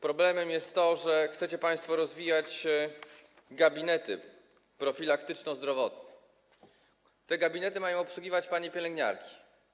Problemem jest to, że chcecie państwo rozwijać gabinety profilaktyczno--zdrowotne, które mają obsługiwać panie pielęgniarki.